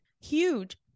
huge